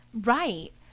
Right